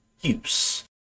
use